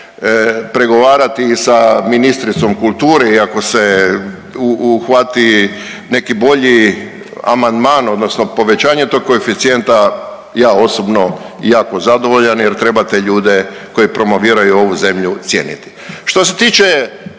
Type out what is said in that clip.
pregovarati i sa ministricom kulture i ako se uhvati neki bolji amandman odnosno povećanje tog koeficijenta ja osobno jako zadovoljan jer treba te ljude koji promoviraju ovu zemlju cijeniti. Što se tiče